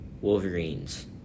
Wolverines